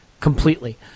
completely